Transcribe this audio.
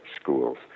schools